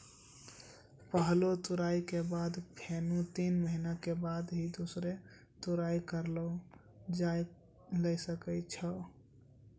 पहलो तुड़ाई के बाद फेनू तीन महीना के बाद ही दूसरो तुड़ाई करलो जाय ल सकै छो